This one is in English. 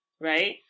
right